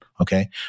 Okay